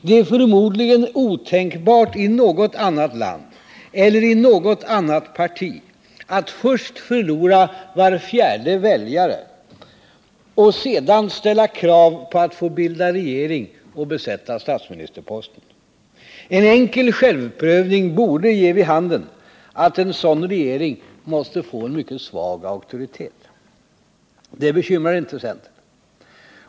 Det är förmodligen otänkbart i något annat land eller i något annat parti att först förlora var fjärde väljare och sedan ställa krav på att få bilda regering och besätta statsministerposten. En enkel självprövning borde ge vid handen att en sådan regering måste få en mycket svag auktoritet. Det bekymrar inte centern.